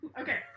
Okay